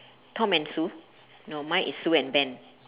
tom and sue no mine is sue and ben